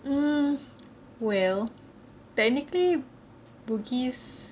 um well technically bugis